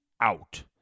out